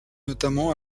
notamment